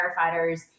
firefighters